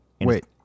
wait